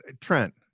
trent